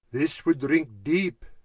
this would drinke deepe